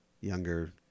younger